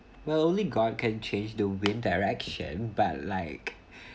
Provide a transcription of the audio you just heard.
well only god can change the wind direction but like